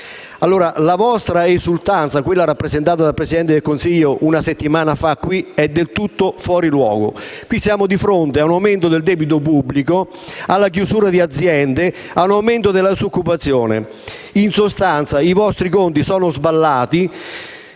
la vostra esultanza, rappresentata dal Presidente del Consiglio una settimana fa qui, è del tutto fuori luogo. Siamo di fronte ad un aumento del debito pubblico, alla chiusura di aziende e all'aumento della disoccupazione. In sostanza, i vostri conti sono sballati.